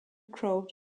crowd